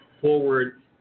forward